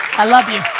i love you.